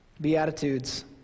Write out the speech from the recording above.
Beatitudes